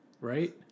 Right